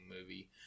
movie